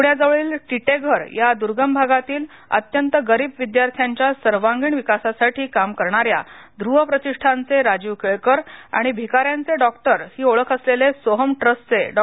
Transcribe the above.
पृण्याजवळील टिटेघर या दुर्गम भागातील अत्यंत गरीब विद्यथ्यांच्या सर्वांगीण विकासासाठी काम करणाऱ्या ध्रुव प्रतिष्ठानचे राजीव केळकर आणि भिकाऱ्यांचे डॉक्टर ही ओळख असलेले सोहम् ट्रस्टचे डॉ